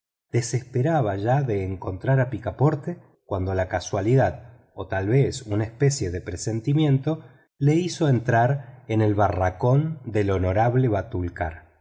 desesperaba ya de encontrar a picaporte cuando la casualidad o tal vez una especie de presentimiento lo hizo entrar en el barracón del honorable batulcar